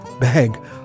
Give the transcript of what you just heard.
bag